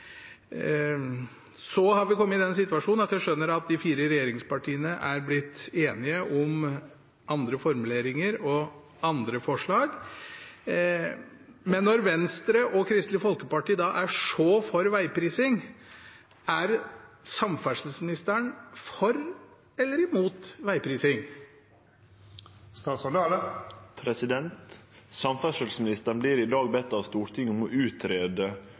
Så har vi kommet i den situasjonen at jeg skjønner at de fire regjeringspartiene har blitt enige om andre formuleringer og andre forslag. Når Venstre og Kristelig Folkeparti er så for vegprising: Er samferdselsministeren for eller imot vegprising? Samferdselsministeren vert i dag bedd av Stortinget om å